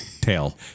Tail